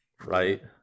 right